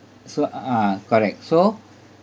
so ah ah correct so